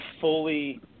fully